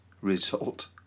Result